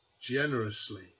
generously